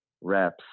reps